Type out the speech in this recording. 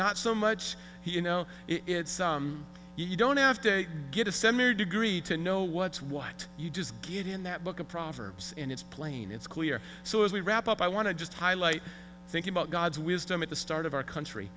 not so much you know it's you don't have to get a similar degree to know what's what you just get in that book of proverbs and it's plain it's clear so as we wrap up i want to just highlight thinking about god's wisdom at the start of our country